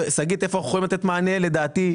שגית, איפה אנחנו יכולים לתת מענה, לדעתי,